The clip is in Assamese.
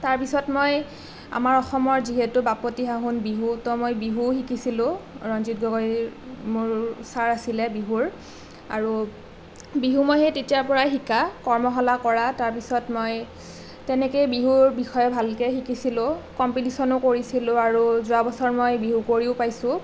তাৰ পিছত মই আমাৰ অসমৰ যিহেতু বাপতিসাহোন বিহু তো মই বিহুও শিকিছিলোঁ ৰঞ্জিত গগৈ মোৰ ছাৰ আছিলে বিহুৰ আৰু বিহু মই সেই তেতিয়াৰ পৰাই শিকা কৰ্মশালা কৰা তাৰ পিছত মই তেনেকেই বিহুৰ বিষয়ে ভালকৈ শিকিছিলোঁ কম্পিটিচনো কৰিছিলোঁ আৰু যোৱা বছৰ মই বিহু কুঁৱৰিও পাইছোঁ